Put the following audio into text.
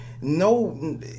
No